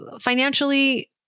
financially